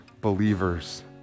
believers